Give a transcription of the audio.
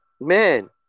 Man